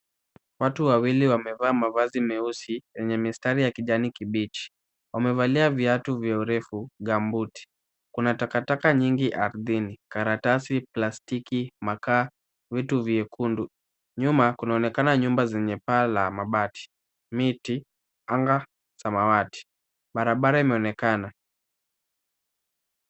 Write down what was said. Watu wawili wamevaa mavazi meusi kwenye mistari ya kijani kibichi. Wamevalia viatu vya urefu gamboti. Kuna takataka nyingi ardhini, karatasi plastiki, makaa, vitu vyekundu. Nyuma kunaonekana nyumba zenye pale la mabati, miti, anga, samawati. Barabara imeonekana.